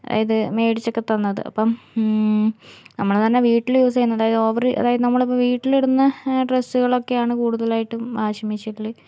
അതായത് മേടിച്ചൊക്കെ തന്നത് അപ്പം നമ്മളുതന്നെ വീട്ടിൽ യൂസെയുന്നത് അതായത് ഓവര് അതായത് നമ്മളിപ്പോൾ വീട്ടിലിടുന്ന ഡ്രെസ്സുകളൊക്കെയാണ് കൂടുതലായിട്ടും വാഷിംഗ് മിഷിനില്